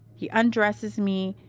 he undresses me,